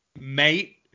Mate